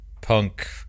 punk